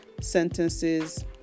sentences